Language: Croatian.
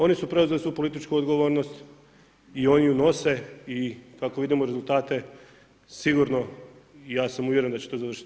Oni su preuzeli svu političku odgovornost i oni ju nose i kako vidimo rezultate sigurno i ja sam uvjeren da će to završiti